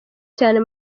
cyane